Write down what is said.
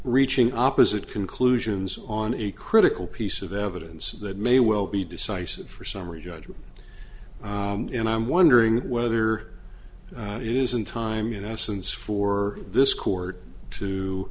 reaching opposite conclusions on a critical piece of evidence that may well be decisive for summary judgment and i'm wondering whether it isn't time in essence for this court to